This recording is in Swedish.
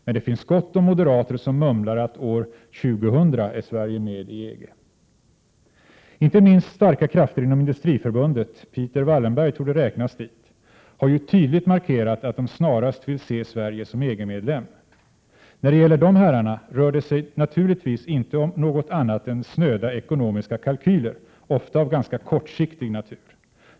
Men det finns gott om moderater som mumlar att ”år 2000 är Sverige medlem EG”: Inte minst starka krafter inom Industriförbundet — Peter Wallenberg torde räknas dit — har ju tydligt markerat att de snarast vill se Sverige som EG-medlem. När det gäller dessa herrar rör det sig naturligtvis inte om något annat än snöda ekonomiska kalkyler, ofta av ganska kortsiktig natur.